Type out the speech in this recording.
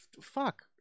fuck